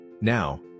Now